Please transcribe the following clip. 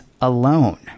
alone